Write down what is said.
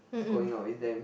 going out with them